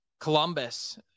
Columbus